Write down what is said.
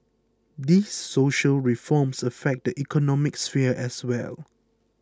these social reforms affect the economic sphere as well